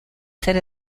ser